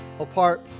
Apart